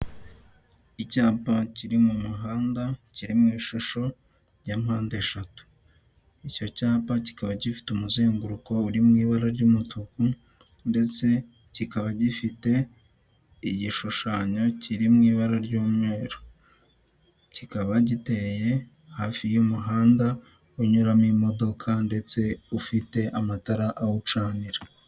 Icyapa kiri mu muhanda kiri mu ishusho ya mpandeshatu, icyo cyapa kikaba gifite umuzenguruko uri mu ibara ry'umutuku ndetse kikaba gifite igishushanyo kiri mu bara ry'umweru, kikaba giteye hafi y'umuhanda unyuramo imodoka ndetse ufite amatara awucanira.